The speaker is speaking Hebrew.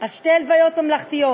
לשתי הלוויות ממלכתיות: